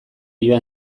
joan